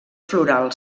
floral